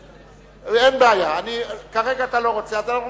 (תיקון) עברה בקריאה הראשונה ותעבור